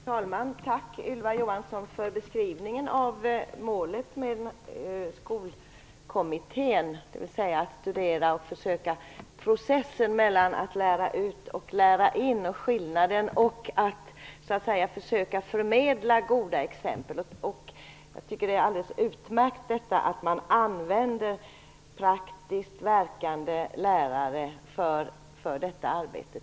Herr talman! Tack, Ylva Johansson, för beskrivningen av målet med Skolkommittén. Den skall alltså studera skillnaden mellan processen att lära ut och processen att lära in och försöka förmedla goda exempel. Det är alldeles utmärkt att man använder praktiskt verkande lärare för detta arbete.